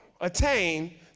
attain